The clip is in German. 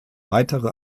weitere